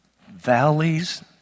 Valleys